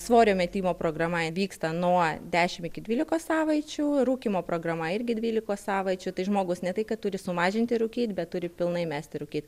svorio metimo programa vyksta nuo dešim iki dvylikos savaičių ir rūkymo programa irgi dvylikos savaičių tai žmogus ne tai kad turi sumažinti rūkyt bet turi pilnai mesti rūkyt